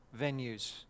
venues